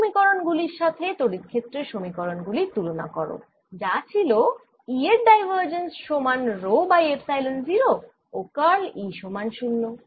এই সমীকরণ গুলির সাথে তড়িৎ ক্ষেত্রের সমীকরণ গুলির তুলনা করো যা ছিল E এর ডাইভার্জেন্স সমান রো বাই এপসাইলন 0 ও কার্ল E সমান 0